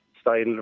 style